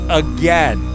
again